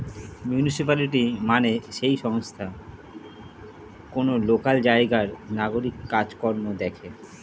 municipality মানে যেই সংস্থা কোন লোকাল জায়গার নাগরিক কাজ কর্ম দেখে